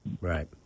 Right